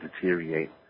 deteriorate